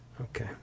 Okay